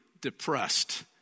depressed